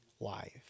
life